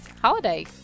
holiday